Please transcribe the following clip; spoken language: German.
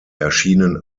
erschienen